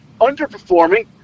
underperforming